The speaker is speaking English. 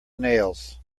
nails